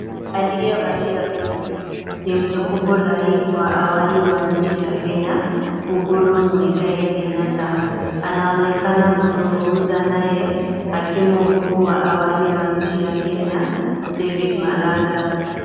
Aliyevalia suti ni mtukufu rais wa awali wa nchi ya Kenya Uhuru Muigai Kenyatta. Anaonekana kuzungumza naye hakimu mkuu wa awali wa nchi ya Kenya, David Maraga.